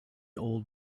old